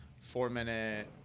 four-minute –